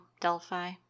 Delphi